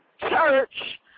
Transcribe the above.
church